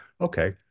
okay